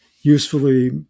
usefully